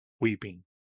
weeping